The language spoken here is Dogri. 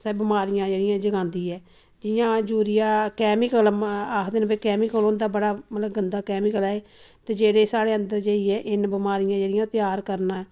स्हाड़े बमारियां जेह्ड़ियां जगांदी ऐ कि जां यूरिया कैमिकल आखदे भाई कैमिकल होंदा बड़ा मतलब गंदा कैमिकल ऐ एह् ते जेह्ड़े स्हाड़े अंदर जाइयै इन्न बमारियां जेह्ड़ियां तैयार करना